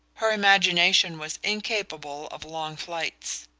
her imagination was incapable of long flights.